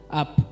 up